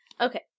Okay